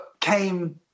came